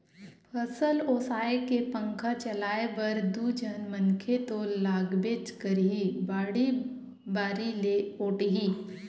फसल ओसाए के पंखा चलाए बर दू झन मनखे तो लागबेच करही, बाड़ी बारी ले ओटही